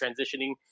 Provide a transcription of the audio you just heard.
transitioning